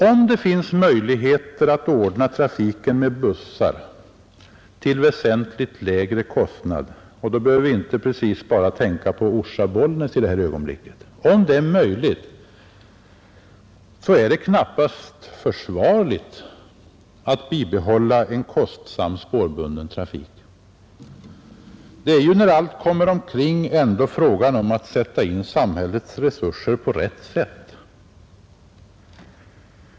Om det finns möjligheter att ordna trafiken med bussar till väsentligt lägre kostnad — vi behöver inte precis tänka bara på linjen Orsa—Bollnäs i det ögonblicket — är det knappast försvarligt att bibehålla en kostsam spårbunden trafik. Det är ju när allt kommer omkring ändå fråga om att sätta in samhällets resurser på rätt sätt.